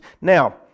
Now